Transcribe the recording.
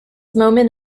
moment